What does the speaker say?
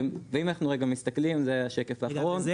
ואם אנחנו רגע מסתכלים זה השקף האחרון.